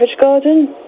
Garden